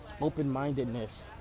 Open-mindedness